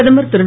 பிரதமர் திரு